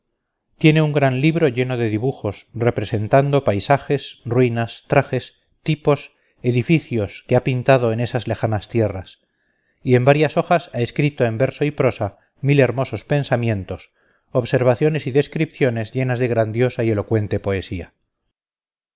tiene un gran libro lleno de dibujos representando paisajes ruinas trajes tipos edificios que ha pintado en esas lejanas tierras y en varias hojas ha escrito en verso y prosa mil hermosos pensamientos observaciones y descripciones llenas de grandiosa y elocuente poesía